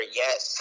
yes